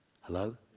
Hello